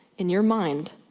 in your mind,